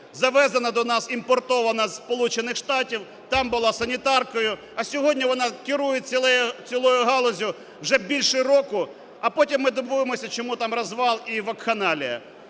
завезена до нас, імпортована з Сполучених Штатів, там була санітаркою, а сьогодні вона керує цілою галуззю вже більше року. А потім ми дивуємося, чому там розвал і вакханалія.